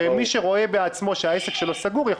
שמי שרואה בעצמו שהעסק שלו סגור,